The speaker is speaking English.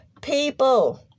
People